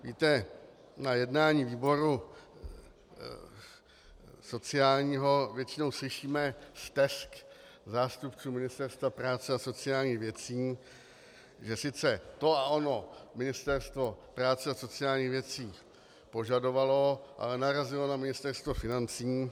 Víte, na jednání výboru sociálního většinou slyšíme stesk zástupců Ministerstva práce a sociálních věcí, že sice to a ono Ministerstvo práce a sociálních věcí požadovalo, ale narazilo na Ministerstvo financí.